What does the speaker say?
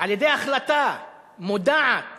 על-ידי החלטה מודעת